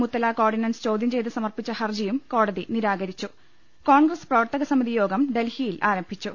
മുത്തലാഖ് ordinance ചോദ്യം ചെയ്ത് സമർപ്പിച്ച ഹർജിയും കോടതി നിരാകരിച്ചു ും കോൺഗ്രസ് പ്രവർത്തകസമിതിയോഗം ഡൽഹിയിൽ ആരംഭിച്ചു